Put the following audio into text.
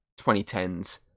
2010s